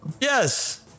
Yes